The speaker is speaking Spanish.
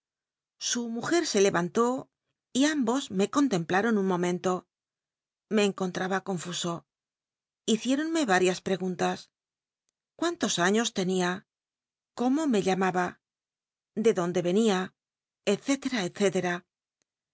su mujer se le antú csl y ambos me conlcmplaron un momento me encontraba confuso hiciéronmc varias preguntas cuántos años tenia cómo me llamaba de dónde enia